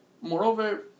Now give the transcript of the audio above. Moreover